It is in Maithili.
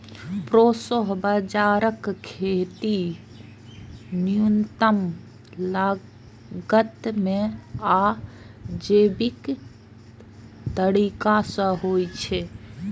प्रोसो बाजाराक खेती न्यूनतम लागत मे आ जैविक तरीका सं होइ छै